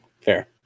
fair